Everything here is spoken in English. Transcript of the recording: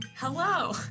Hello